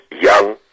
young